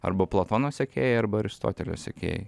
arba platono sekėjai arba aristotelio sekėjai